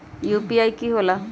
UPI कि होला?